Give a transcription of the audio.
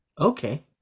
Okay